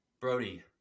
Brody